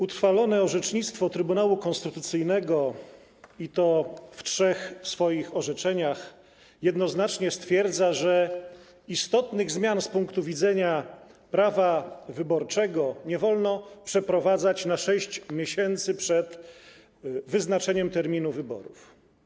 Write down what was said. Utrwalone orzecznictwo Trybunału Konstytucyjnego - i to w trzech swoich orzeczeniach - jednoznacznie stwierdza, że istotnych zmian z punktu widzenia prawa wyborczego nie wolno przeprowadzać na 6 miesięcy przed wyznaczeniem terminu wyborów.